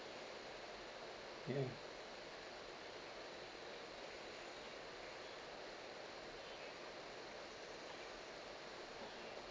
you know